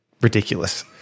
ridiculous